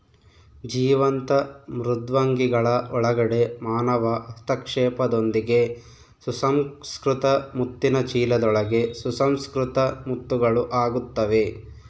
ಜೀವಂತ ಮೃದ್ವಂಗಿಗಳ ಒಳಗಡೆ ಮಾನವ ಹಸ್ತಕ್ಷೇಪದೊಂದಿಗೆ ಸುಸಂಸ್ಕೃತ ಮುತ್ತಿನ ಚೀಲದೊಳಗೆ ಸುಸಂಸ್ಕೃತ ಮುತ್ತುಗಳು ಆಗುತ್ತವೆ